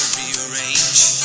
rearrange